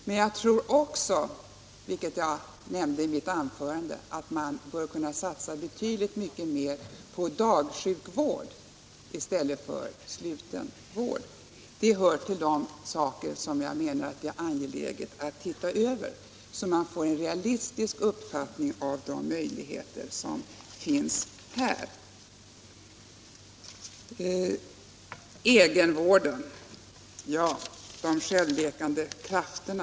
Men jag tror också — vilket jag nämnde i mitt anförande - att man bör kunna satsa betydligt mer på dagsjukvård. Det hör till de frågor som det är angeläget att se över, så att man får en realistisk uppfattning om vilka möjligheter som finns. Herr Karlsson tog sedan upp frågan om egenvården och ironiserade över de självläkande krafterna.